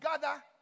gather